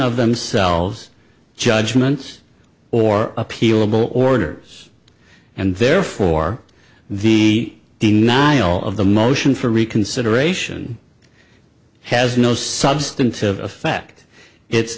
of themselves judgments or appealable orders and therefore the denial of the motion for reconsideration has no substantive effect it's